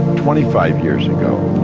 twenty five years ago.